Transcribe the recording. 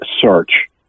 search